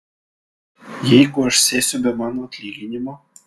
jeigu aš sėsiu be mano atlyginimo